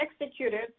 executed